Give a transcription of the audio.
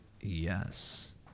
Yes